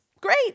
great